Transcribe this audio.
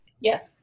Yes